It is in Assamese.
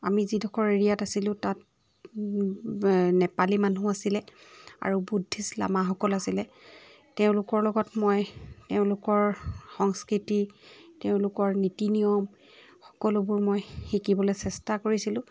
আমি যিডোখৰ এৰিয়াত আছিলোঁ তাত নেপালী মানুহ আছিলে আৰু বুদ্ধিষ্ট লামাসকল আছিলে তেওঁলোকৰ লগত মই তেওঁলোকৰ সংস্কৃতি তেওঁলোকৰ নীতি নিয়ম সকলোবোৰ মই শিকিবলৈ চেষ্টা কৰিছিলোঁ